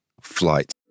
flight